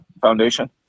Foundation